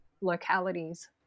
localities